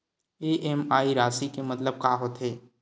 EMI राशि के मतलब का होथे?